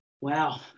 wow